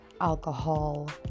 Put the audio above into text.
alcohol